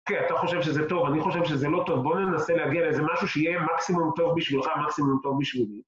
כן, אתה חושב שזה טוב, אני חושב שזה לא טוב. בוא ננסה להגיע לאיזה משהו שיהיה מקסימום טוב בשבילך, מקסימום טוב בשבילי.